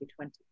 2020